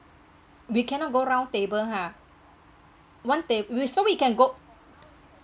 we cannot go round table ha one ta~ so we can go